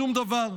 שום דבר.